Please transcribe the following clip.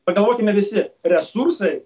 pagalvokime visi resursai